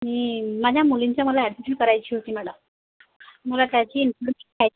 माझ्या मुलींचा मला ॲडमिशन करायची होती मला मला त्याची इन्फर्मेशन पाहिजे